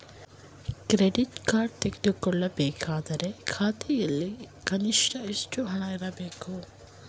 Credit card ತೆಗೆದುಕೊಳ್ಳಬೇಕಾದರೆ ಖಾತೆಯಲ್ಲಿ ಕನಿಷ್ಠ ಎಷ್ಟು ಹಣ ಇರಬೇಕು?